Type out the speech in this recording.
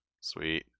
Sweet